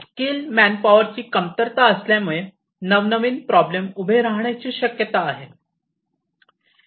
skilled manpower ची कमतरता असल्यामुळे नवनवीन प्रॉब्लेम उभे राहण्याची शक्यता आहे